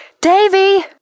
Davy